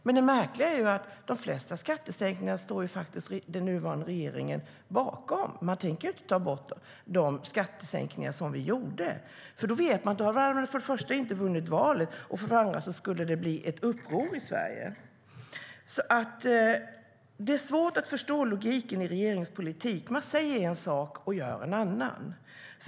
Men det märkliga är att de flesta skattesänkningar står den nuvarande regeringen bakom. Ni tänker inte ta bort de skattesänkningar som vi gjorde. Ni visste för det första att ni då inte hade vunnit valet, och för det andra skulle det ha blivit ett uppror i Sverige. Det är svårt att förstå logiken i regeringens politik. Ni säger en sak och gör en annan.